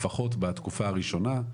לפחות בתקופה הראשונה,